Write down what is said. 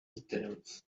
details